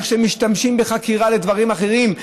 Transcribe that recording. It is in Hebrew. איך שהם משתמשים בחקירה לדברים אחרים.